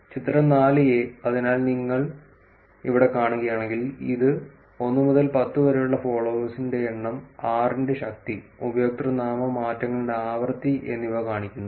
ചിത്രം 4 എ അതിനാൽ നിങ്ങൾ ഇവിടെ കാണുകയാണെങ്കിൽ ഇത് 1 മുതൽ 10 വരെയുള്ള ഫോളോവേഴ്സിന്റെ എണ്ണം 6 ന്റെ ശക്തി ഉപയോക്തൃനാമ മാറ്റങ്ങളുടെ ആവൃത്തി എന്നിവ കാണിക്കുന്നു